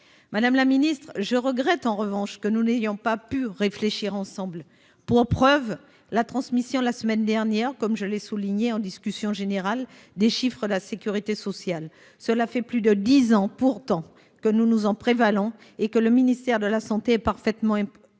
Madame la Ministre je regrette en revanche que nous n'ayons pas pu réfléchir ensemble. Pour preuve, la transmission la semaine dernière comme je l'ai souligné en discussion générale des chiffres de la sécurité sociale. Cela fait plus de 10 ans pourtant que nous nous en prévalant et que le ministère de la Santé parfaitement. Informé.